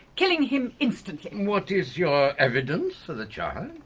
killing him instantly. what is your evidence for the charge?